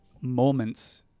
moments